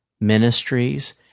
ministries